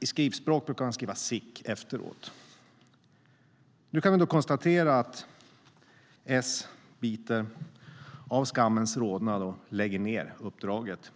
I skriftspråk brukar man skriva "sic!" efteråt. Nu kan vi konstatera att S biter av skammens rodnad och lägger ned uppdraget.